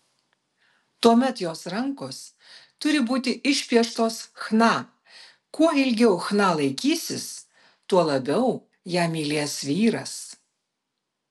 tuomet jos rankos turi būti išpieštos chna kuo ilgiau chna laikysis tuo labiau ją mylės vyras